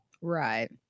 Right